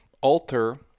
alter